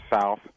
South